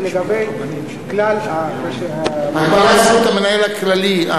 זה לגבי כלל, הגבלת זכות המנהל הכללי.